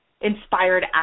inspired